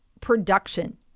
production